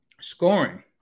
scoring